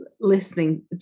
listening